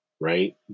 right